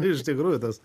iš tikrųjų tas